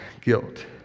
guilt